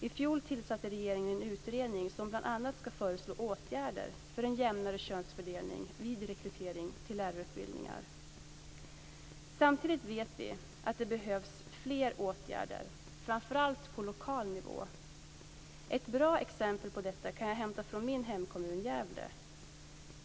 I fjol tillsatte regeringen en utredning som bl.a. skall föreslå åtgärder för en jämnare könsfördelning vid rekrytering till lärarutbildningar. Samtidigt vet vi att det behövs fler åtgärder framför allt på lokal nivå. Ett bra exempel på detta kan jag hämta från min hemkommun, Gävle.